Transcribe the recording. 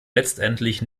letztendlich